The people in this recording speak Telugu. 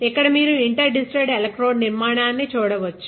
ఇక్కడ మీరు ఇంటర్ డిజిటెడ్ ఎలక్ట్రోడ్ నిర్మాణాన్ని చూడవచ్చు